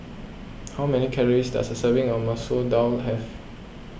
how many calories does a serving of Masoor Dal have